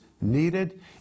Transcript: needed